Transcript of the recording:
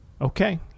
Okay